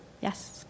Yes